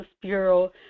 Bureau